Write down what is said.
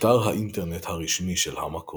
אתר האינטרנט הרשמי של המקור